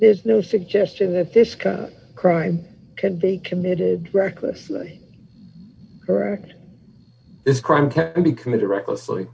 there's no suggestion that this kind of crime could be committed recklessly correct this crime can be committed recklessly